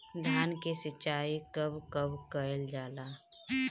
धान के सिचाई कब कब कएल जाला?